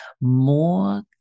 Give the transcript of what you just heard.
more